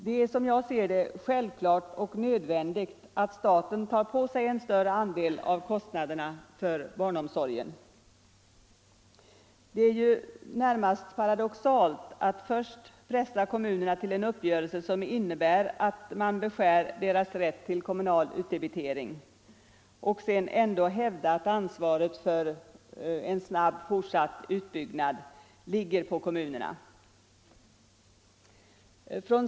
Det är, som jag ser det, nödvändigt att staten tar på sig en större andel av kostnaderna för barnomsorgen; det är självklart att staten skall göra det. Det är närmast paradoxalt att först pressa kommunerna till en uppgörelse som innebär att man beskär deras rätt till kommunal utdebitering och sedan hävdar att ansvaret för en snabb fortsatt utbyggnad av barnomsorgen ligger på kommunerna.